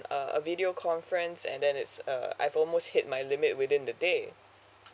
uh uh video conference and then it's uh I've almost hit my limit within the day